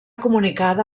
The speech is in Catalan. comunicada